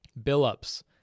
Billups